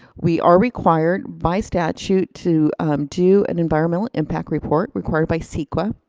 we are required by statute to do an environment impact report, required by ceqa.